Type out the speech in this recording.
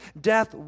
death